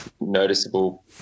noticeable